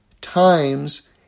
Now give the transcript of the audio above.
times